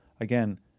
again